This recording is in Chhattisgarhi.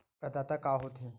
प्रदाता का हो थे?